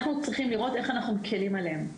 אנחנו צריכים לראות, איך אנחנו מקלים עליהם.